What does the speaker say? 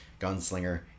Gunslinger